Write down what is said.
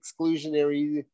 exclusionary